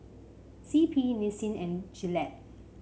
C P Nissin and Gillette